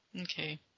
okay